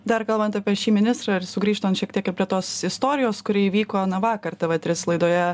dar kalbant apie šį ministrą ir sugrįžtant šiek tiek ir prie tos istorijos kuri įvyko na vakar tv tris laidoje